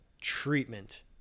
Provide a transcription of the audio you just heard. treatment